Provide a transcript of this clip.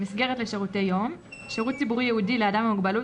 "מסגרת לשירותי יום" שירות ציבורי ייעודי לאדם עם מוגבלות,